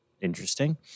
Interesting